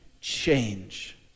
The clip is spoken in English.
change